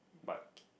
but